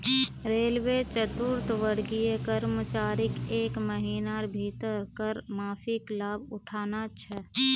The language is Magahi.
रेलवे चतुर्थवर्गीय कर्मचारीक एक महिनार भीतर कर माफीर लाभ उठाना छ